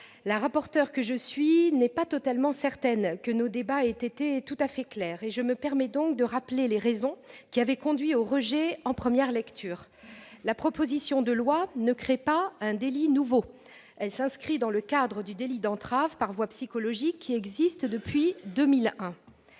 que rapporteur, je ne suis pas totalement certaine que nos débats aient été tout à fait clairs. Je me permets donc de rappeler les raisons qui avaient conduit au rejet en première lecture. La proposition de loi ne crée pas un délit nouveau, mais s'inscrit dans le cadre du délit d'entrave par voie psychologique, lequel existe depuis 2001.